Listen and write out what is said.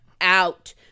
out